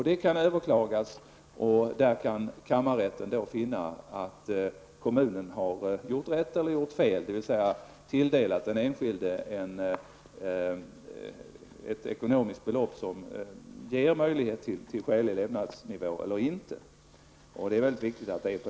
Detta kan överklagas, och kammarrätten kan då finna att kommunen har gjort rätt eller fel, dvs. att kommunen har tilldelat den enskilde ett ekonomiskt belopp som ger möjlighet till skälig levnadsnivå eller att man inte har gjort detta.